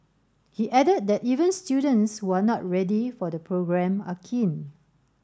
he added that even students who are not ready for the programme are keen